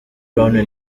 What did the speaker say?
brown